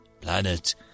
planet—